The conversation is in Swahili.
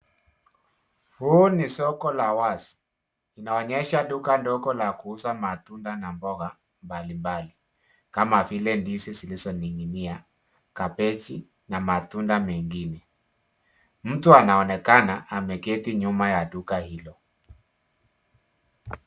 Huu ni soko la wazi , inaonyesha duka ndogo la kuuza matunda na mboga mbali mbali, kama vile ndizi zilizoning'inia, kabeji, na matunda mengine. Mtu anaonekana ameketi nyuma ya duka hilo.